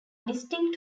distinct